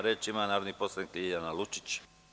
Reč ima narodni poslanik Ljiljana Lučić.